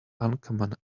uncommon